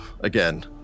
Again